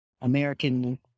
American